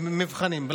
מבחנים.